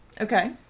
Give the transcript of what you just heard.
Okay